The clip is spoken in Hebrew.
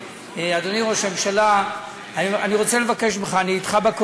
אדוני ראש הממשלה, אתה נמצא כאן בנושא